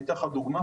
אני אתן לך דוגמה: